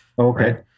Okay